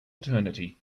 eternity